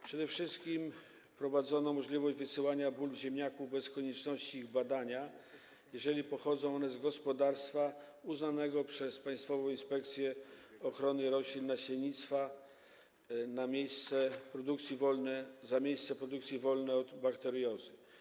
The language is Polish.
Przede wszystkim wprowadzono możliwość wysyłania bulw ziemniaków bez konieczności ich badania, jeżeli pochodzą one z gospodarstwa uznanego przez Państwową Inspekcję Ochrony Roślin i Nasiennictwa za miejsce produkcji wolne od bakteriozy.